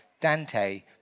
Dante